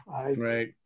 Right